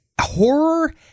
horror